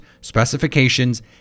specifications